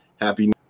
happy